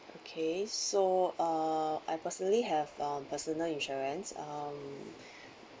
okay so uh I personally have um personal insurance uh um